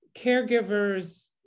caregivers